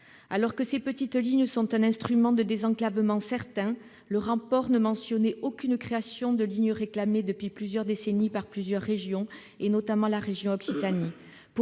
Alors que ces petites lignes sont un instrument de désenclavement certain, le rapport ne mentionnait aucune des créations de ligne réclamées depuis des décennies par plusieurs régions, notamment par la région Occitanie.